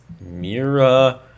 Mira